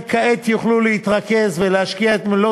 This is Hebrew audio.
אשר כעת יוכלו להתרכז ולהשקיע את מלוא